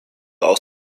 aus